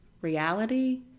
reality